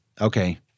Okay